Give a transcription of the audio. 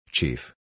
Chief